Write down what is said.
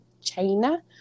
China